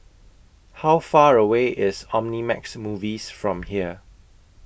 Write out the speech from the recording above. How Far away IS Omnimax Movies from here